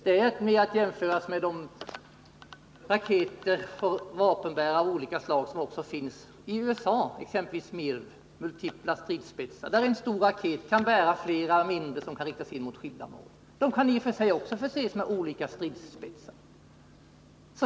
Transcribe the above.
Det skall jämföras med de raketer och vapenbärare av olika slag som också finns i USA, exempelvis multipla stridsspetsar. Det innebär att en stor raket kan bära flera mindre, som kan riktas in mot skilda mål. De kan i och för sig också förses med olika stridsspetsar.